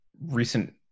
recent